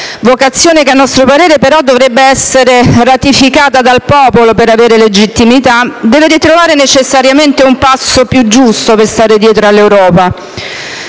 vocazione che, a nostro parere, però, dovrebbe essere ratificata dal popolo per avere legittimità, deve ritrovare necessariamente un passo più giusto per stare dietro all'Europa.